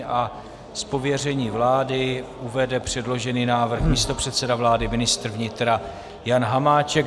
Z pověření vlády uvede předložený návrh místopředseda vlády, ministr vnitra Jan Hamáček.